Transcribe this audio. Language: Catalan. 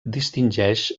distingeix